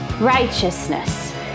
righteousness